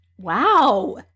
Wow